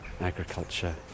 agriculture